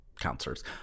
Counselors